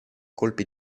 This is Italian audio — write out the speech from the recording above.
colpi